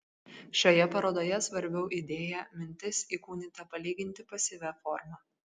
šioje parodoje svarbiau idėja mintis įkūnyta palyginti pasyvia forma